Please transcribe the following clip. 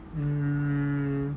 mm